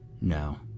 No